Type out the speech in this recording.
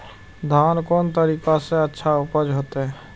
धान कोन तरीका से अच्छा उपज होते?